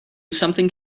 something